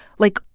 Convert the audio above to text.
like,